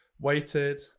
weighted